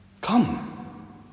Come